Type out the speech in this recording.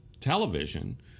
television